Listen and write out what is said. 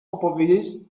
opowiedzieć